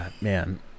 man